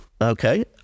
Okay